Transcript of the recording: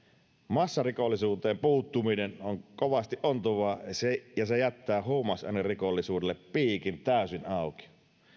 massarikollisuuteen puuttuminen on kovasti ontuvaa ja se jättää huumausainerikollisuudelle piikin täysin auki